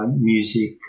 music